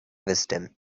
wisdom